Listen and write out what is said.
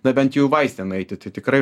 na bent jau į vaistinę nueiti tai tikrai